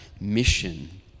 mission